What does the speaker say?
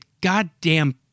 goddamn